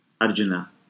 Arjuna